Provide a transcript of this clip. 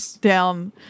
down